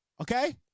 okay